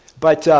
but,